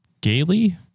Gaily